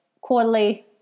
quarterly